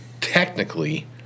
technically